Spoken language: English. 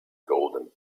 golden